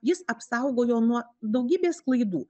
jis apsaugojo nuo daugybės klaidų